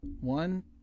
One